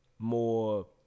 more